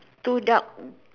to dark